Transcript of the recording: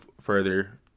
further